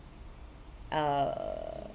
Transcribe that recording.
uh